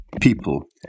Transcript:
people